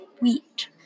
wheat